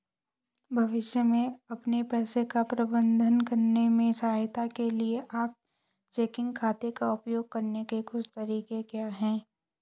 भविष्य में अपने पैसे का प्रबंधन करने में सहायता के लिए आप चेकिंग खाते का उपयोग करने के कुछ तरीके क्या हैं?